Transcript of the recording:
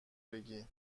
بگی